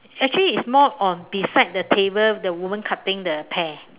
actually it's more on beside the table with the woman cutting the pear